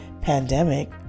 pandemic